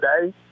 today